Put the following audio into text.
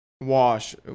wash